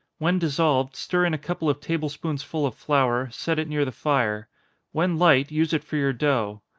when dissolved, stir in a couple of table-spoonsful of flour, set it near the fire when light, use it for your dough.